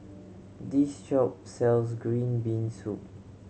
this shop sells green bean soup